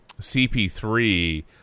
CP3